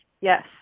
Yes